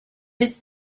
his